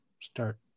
start